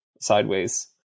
sideways